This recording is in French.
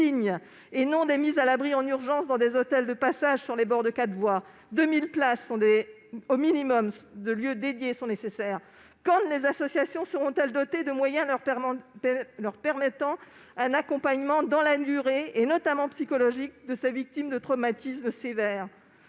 et place des mises à l'abri en urgence dans des hôtels de passage sur les bords de quatre voies ? Au minimum, 2 000 places dédiées sont nécessaires. Quand les associations seront-elles dotées de moyens leur permettant un accompagnement dans la durée, notamment psychologique, de ces victimes de traumatismes sévères ?